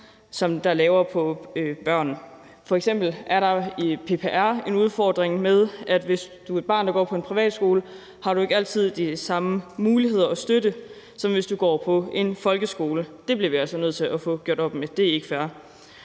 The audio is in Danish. kommuner har af børn. F.eks. er der i PPR en udfordring med, at hvis du er et barn, der går på en privatskole, har du ikke altid de samme muligheder for støtte, som hvis du går på en folkeskole. Det bliver vi altså nødt til at få gjort op med. Det er ikke fair.